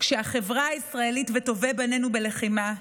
כשהחברה הישראלית וטובי בינינו בלחימה,